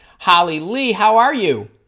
holly lee how are you